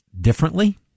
differently